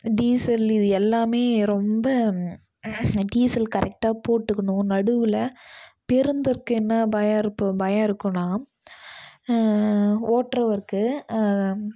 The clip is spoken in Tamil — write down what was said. டீசல் இது எல்லாம் ரொம்ப டீசல் கரெக்டாக போட்டுக்கணும் நடுவில் என்ன பயம் பயம் இருக்கும்னா ஓட்றவருக்கு